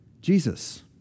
Jesus